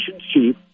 chief